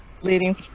leading